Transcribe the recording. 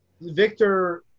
Victor